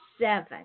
seven